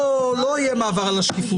פה לא יהיה מעבר על השקיפות,